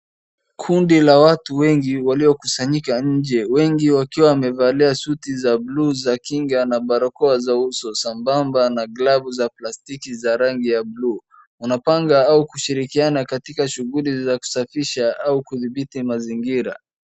Kundi la watu wengi waliokusanyika nje. Wengi wakiwa wamevalia suti za blue za kinga na barakoa za uso sambamba na glavu za plastiki za rangi ya blue . Wanapanga au kushirikiana katika shughuli za kusafisha au kudhibiti mazingira.